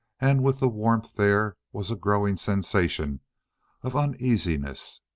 and with the warmth there was a growing sensation of uneasiness.